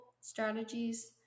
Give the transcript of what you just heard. strategies